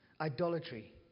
idolatry